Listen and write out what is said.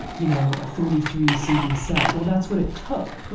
you know, a thirty three cd set. well, that's what it took,